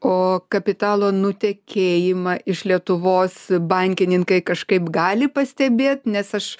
o kapitalo nutekėjimą iš lietuvos bankininkai kažkaip gali pastebėt nes aš